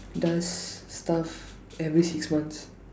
does stuff every six months